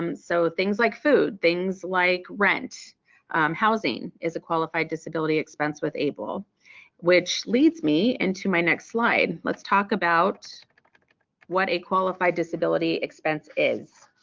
um so things like food, things like rent or housing, is a qualified disability expenses with able which leads me into my next slide. let's talk about what a qualified disability expenses is.